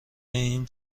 این